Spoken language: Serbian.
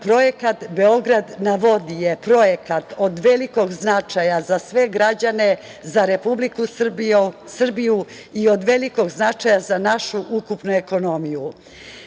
projekat „Beograd na vodi“ je projekat od velikog značaja za sve građane, za Republiku Srbiju i od velikog značaja za našu ukupnu ekonomiju. Mnogi